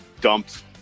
dumped